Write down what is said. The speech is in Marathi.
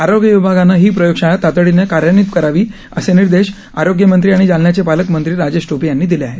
आरोग्य विभागानं ही प्रयोगशाळा तातडीनं कार्यान्वित करावी असे निर्देश आरोग्य मंत्री आणि जालन्याचे पालकमंत्री राजेश टोपे यांनी दिले आहेत